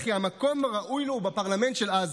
וכי המקום הראוי לו הוא בפרלמנט של עזה.